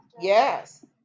Yes